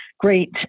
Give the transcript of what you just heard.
great